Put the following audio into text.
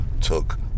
took